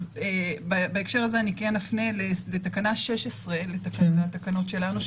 בהקשר הזה אפנה לתקנה 16 לתקנות שלנו,